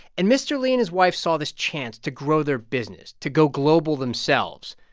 and mr. li and his wife saw this chance to grow their business, to go global themselves.